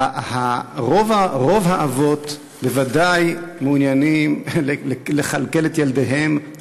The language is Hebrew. רוב האבות בוודאי מעוניינים לכלכל את ילדיהם,